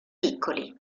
piccoli